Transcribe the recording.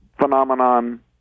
phenomenon